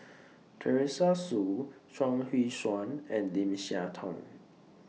Teresa Hsu Chuang Hui Tsuan and Lim Siah Tong